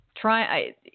try